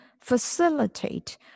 facilitate